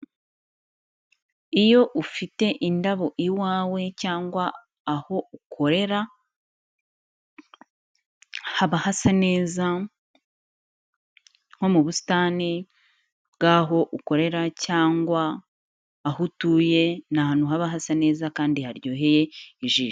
Iyo ufite indabo iwawe cyangwa aho ukorera, haba hasa neza nko mu busitani bw'aho ukorera cyangwa aho utuye, ni ahantu haba hasa neza kandi haryoheye ijisho.